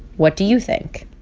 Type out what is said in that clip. what do you think?